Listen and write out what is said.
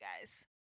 guys